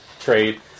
trade